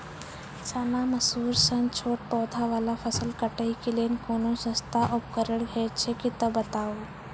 चना, मसूर सन छोट पौधा वाला फसल कटाई के लेल कूनू सस्ता उपकरण हे छै तऽ बताऊ?